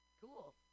Cool